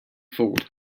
fooled